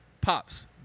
Pops